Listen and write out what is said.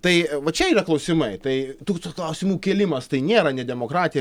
tai čia yra klausimai tai tų klausimų kėlimas tai nėra ne demokratija